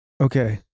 Okay